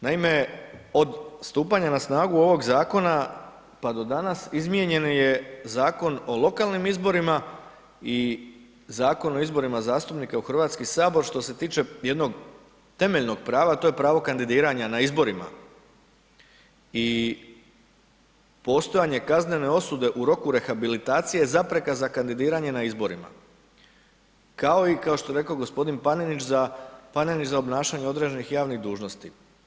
Naime, od stupanja na snagu ovog zakona pa do danas izmijenjen je Zakon o lokalnim izborima i Zakon o izborima zastupnika u Hrvatski sabor što se tiče jednog temeljnog prava, a to je pravo kandidiranja na izborima i postojanje kaznene osude u roku rehabilitacije zapreka za kandidiranje na izborima, kao što je rekao i gospodin Panenić za obnašanje određenih javnih dužnosti.